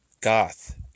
Goth